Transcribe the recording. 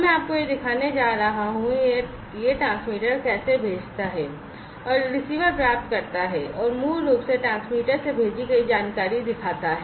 मैं आपको यह दिखाने जा रहा हूं कि यह ट्रांसमीटर कैसे भेजता है और रिसीवर कैसे प्राप्त करता है और मूल रूप से ट्रांसमीटर से भेजी गई जानकारी दिखाता है